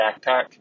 backpack